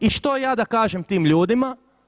I što ja da kažem tim ljudima?